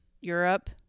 Europe